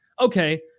okay